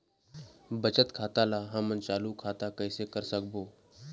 बचत खाता ला हमन चालू खाता कइसे कर सकबो?